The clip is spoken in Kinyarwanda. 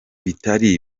bitari